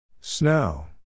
Snow